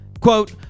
quote